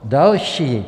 Další